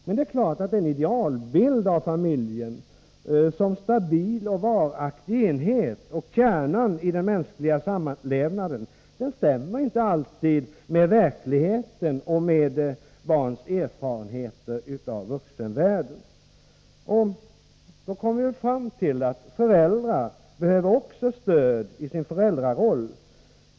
Men idealbilden av familjen som stabil och varaktig enhet och kärnan i den mänskliga samlevnaden stämmer inte alltid med verkligheten och med barns erfarenheter av vuxenvärlden. Därför kommer vi fram till att också föräldrarna behöver stöd i sin föräldraroll.